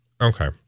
Okay